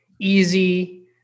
easy